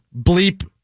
bleep